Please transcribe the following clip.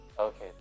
Okay